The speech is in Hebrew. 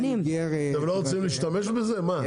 אתם לא רוצים להשתמש בזה מה?